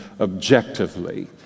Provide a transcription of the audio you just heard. objectively